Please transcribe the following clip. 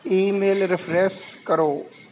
email refresh ਕਰੋ